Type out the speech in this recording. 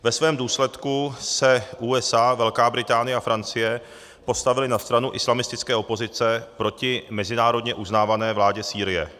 Ve svém důsledku se USA, Velká Británie a Francie postavily na stranu islamistické opozice proti mezinárodně uznávané vládě Sýrie.